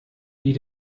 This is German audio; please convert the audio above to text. die